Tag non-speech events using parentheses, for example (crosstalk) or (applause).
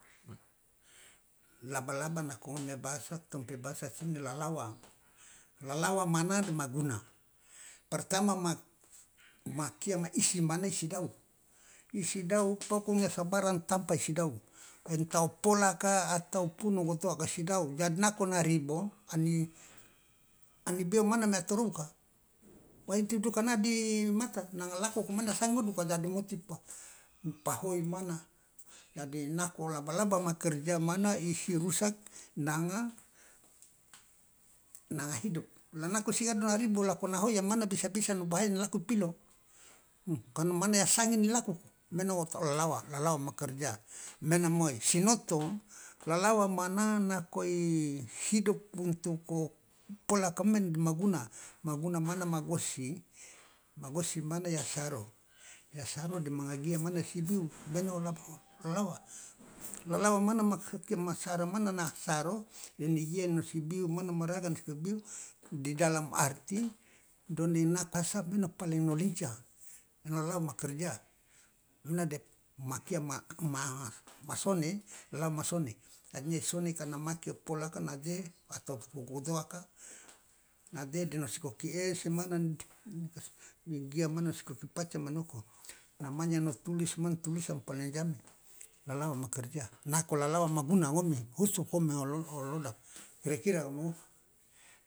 Laba laba nako ngom mia bahasa tong p bahasa sini lalawang lalawang mana dema guna pertama ma isi mane isi dau isi dau pokonya sabarang tampa isi dau entah o polaka atau pun ogotoaka isi dau jadi nako na ribo ani ani bio mane mia torou ka ma inti mane dokana de mata nanga lako ko mana da sang ngoduka jadi musti pa hoi mana jadi nako laba laba ma kerja mana isi rusak nanga nanga hidup la nako sigado na ribo la kona hoi la mana bisa bisa no bahaya an lako i pilo kano mana ya sang an lako ku mane o lalawa lalawa ma karja mena moi sinoto lalawa mana nako i hidup untuk o pola ka dema guna maguna mana ma gosi ma gosi mane ya saro ya saro de manga gia mane ya si biu mane o (unintelligible) lalawa lalawa mana ma (unintelligible) na saro de ni gia nosi biu mana raga nosi biu di dalam arti done (unintelligible) paling no linca mana lalawa ma karja mane de makia ma sone lalawa ma sone artinya i soneka na make o polaka na de atau o gojoaka na de nosi koki ese mana an gia nosi koki paca mane oko namanya no tulis man tulisan paling ijame lalawa ma karja nako lalawa ma guna ngomi kusu komi o lolodaka kira kira. (unintelligible)